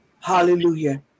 Hallelujah